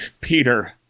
Peter